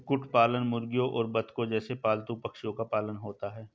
कुक्कुट पालन मुर्गियों और बत्तखों जैसे पालतू पक्षियों का पालन होता है